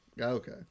Okay